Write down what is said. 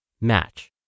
Match